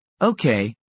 Okay